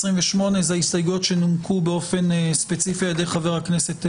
28 אלה ההסתייגויות שנומקו באופן ספציפי על-ידי חבר הכנסת בגין.